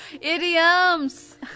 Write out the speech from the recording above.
Idioms